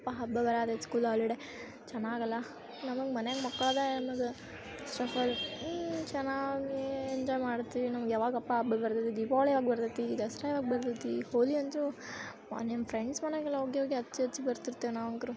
ಯಪ್ಪಾ ಹಬ್ಬ ಬರಾದೈತೆ ಸ್ಕೂಲ್ ಹಾಲಿಡೇ ಚೆನ್ನಾಗಲ್ಲ ನಮಗೆ ಮನ್ಯಾಗೆ ಮಕ್ಕಳದೇ ಅನ್ನೋದು ಚೆನ್ನಾಗಿ ಎಂಜಾಯ್ ಮಾಡ್ತೀವಿ ನಮಗೆ ಯಾವಾಗಪ್ಪ ಹಬ್ಬ ಬರ್ತೈತಿ ದೀಪಾವಳಿ ಯಾವಾಗ ಬರ್ತೈತಿ ದಸರಾ ಯಾವಾಗ ಬರ್ತೈತಿ ಹೋಳಿ ಅಂತೂ ಅಪ್ಪಾ ನಿಮ್ಮ ಫ್ರೆಂಡ್ಸ್ ಮನೆಗೆಲ್ಲ ಒಗ್ಗಿ ಹೋಗಿ ಹಚ್ಚಿ ಹಚ್ಚಿ ಬರ್ತಿರ್ತೇವೆ ನಾವುಗ್ರು